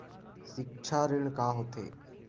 सिक्छा ऋण का होथे?